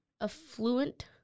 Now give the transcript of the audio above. affluent